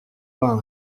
pas